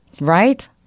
right